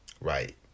right